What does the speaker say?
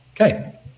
Okay